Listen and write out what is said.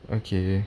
okay